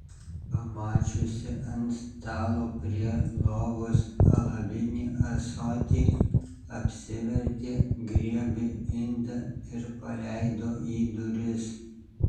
pamačiusi ant stalo prie lovos alavinį ąsotį apsivertė griebė indą ir paleido į duris